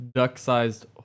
duck-sized